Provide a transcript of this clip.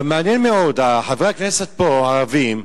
אבל מעניין מאוד, חברי הכנסת פה, הערבים,